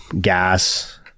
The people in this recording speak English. gas